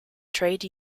trade